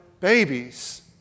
babies